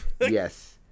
Yes